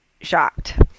shocked